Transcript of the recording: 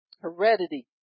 heredity